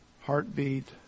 heartbeat